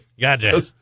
Gotcha